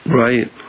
right